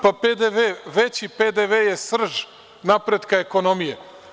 Pa, veći PDV je srž napretka ekonomije.